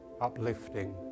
uplifting